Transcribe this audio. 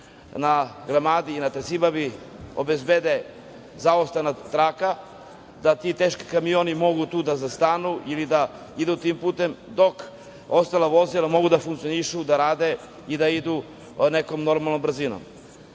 na Gramadi i na Tresibabi obezbedi zaustavna traka da ti teški kamioni mogu tu da zastanu ili da idu tim putem dok ostala vozila mogu da funkcionišu i da idu pod nekom normalnom brzinom. Još